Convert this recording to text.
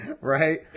right